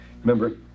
Remember